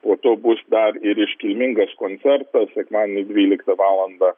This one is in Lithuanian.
po to bus dar ir iškilmingas koncertas sekmadienį dvyliktą valandą